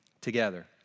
together